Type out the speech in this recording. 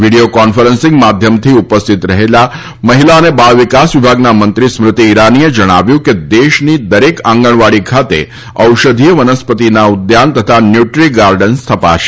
video conferencing માધ્યમથી ઉપસ્થિત મહિલા અને બાળવિકાસ વિભાગના મંત્રી સ્મૃતિ ઈરાનીએ જણાવ્યું હતું કે દેશની દરેક આંગણવાડી ખાતે ઔષધીય વનસ્પતીના ઉદ્યાન તથા ન્યુટ્રી ગાર્ડન સ્થપાશે